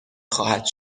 خواهد